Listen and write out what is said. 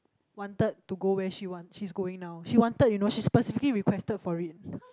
wanted to go where she want she's going now she wanted you know she specifically requested for it